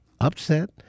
upset